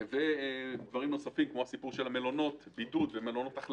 דברים נוספים, כמו הסיפור של מלונות החלמה ובידוד.